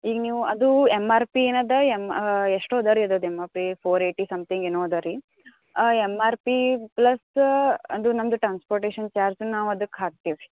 ಈಗ ನೀವು ಅದೂ ಎಮ್ ಆರ್ ಪಿ ಏನು ಅದ ಎಮ್ ಎಷ್ಟೋ ಅದ ರೀ ಅದ್ರದ್ದು M R P four eighty something ಏನೋ ಅದ ರೀ ಎಮ್ ಆರ್ ಪಿ ಪ್ಲಸ್ ಅದು ನಮ್ದು ಟ್ರಾನ್ಸ್ಪೋಟೇಷನ್ ಚಾರ್ಜ್ ನಾವು ಅದ್ಕೆ ಹಾಕ್ತೀವಿ ರೀ